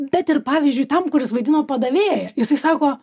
bet ir pavyzdžiui tam kuris vaidino padavėją jisai sako